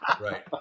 Right